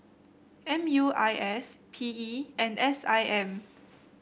M U I S P E and S I M